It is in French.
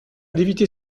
d’éviter